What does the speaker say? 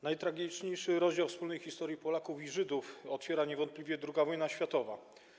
Najtragiczniejszy rozdział wspólnej historii Polaków i Żydów otwiera niewątpliwie II wojna światowa.